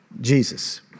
Jesus